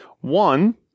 one